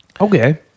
Okay